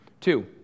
Two